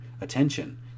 attention